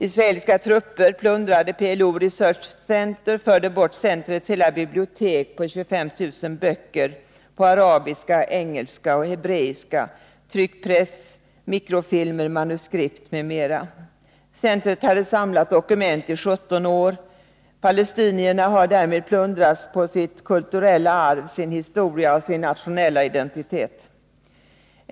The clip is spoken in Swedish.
Israeliska trupper plundrade PLO Research Center och förde bort centrets hela bibliotek omfattande 25 000 böcker på arabiska, engelska och hebreiska samt tryckpress, mikrofilmer, manuskript m.m. Centret hade samlat dokument i 17 år. Palestinierna har därmed plundrats på sitt kulturella arv, sin historia och sin nationella identitet.